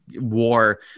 war